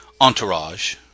entourage